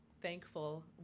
thankful